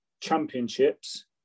championships